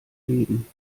leben